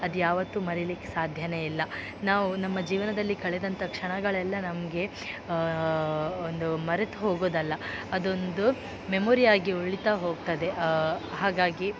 ಅದು ಯಾವತ್ತು ಮರಿಲಿಕ್ಕೆ ಸಾಧ್ಯವೇ ಇಲ್ಲ ನಾವು ನಮ್ಮ ಜೀವನದಲ್ಲಿ ಕಳೆದಂತಹ ಕ್ಷಣಗಳೆಲ್ಲ ನಮಗೆ ಒಂದು ಮರೆತು ಹೋಗೋದಲ್ಲ ಅದೊಂದು ಮೆಮೊರಿ ಆಗಿ ಉಳಿತಾ ಹೋಗ್ತದೆ ಹಾಗಾಗಿ